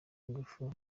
ingufu